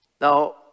Now